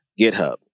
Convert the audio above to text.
GitHub